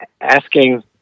asking